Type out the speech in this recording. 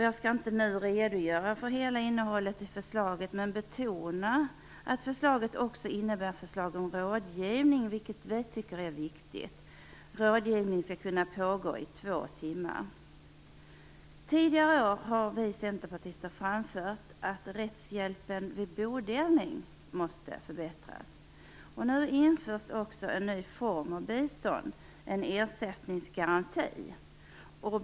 Jag skall inte nu redogöra för hela innehållet i förslaget, men jag vill betona att förslaget också innebär förslag om rådgivning, vilket vi tycker är viktigt. Rådgivning skall kunna pågå i två timmar. Tidigare år har vi centerpartister framfört att rättshjälpen vid bodelning måste förbättras. Nu införs också en ny form av bistånd, en ersättningsgaranti.